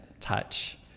touch